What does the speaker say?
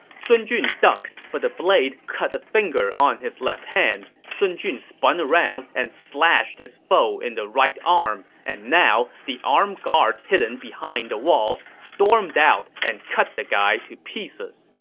sun jun ducked, but the blade cut a finger on his left hand. sun jun spun around and slashed his foe in the right arm. and now, the armed guards hidden behind the walls stormed out and cut the guy to pieces